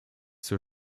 zur